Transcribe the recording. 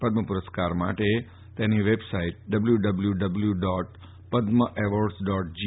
પદ્મ પુરસ્કાર માટે website W W W dot Padma awards dot જી